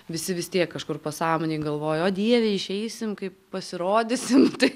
visi vis tiek kažkur pasąmonėj galvojo o dieve išeisim kaip pasirodysim tai